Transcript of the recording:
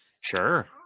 sure